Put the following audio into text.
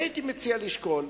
אני הייתי מציע לשקול,